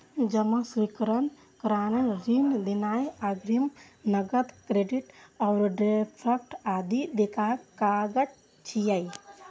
जमा स्वीकार करनाय, ऋण देनाय, अग्रिम, नकद, क्रेडिट, ओवरड्राफ्ट आदि बैंकक काज छियै